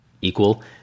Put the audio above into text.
equal